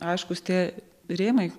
aiškūs tie rėmai